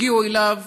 הגיעו אליו